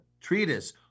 treatise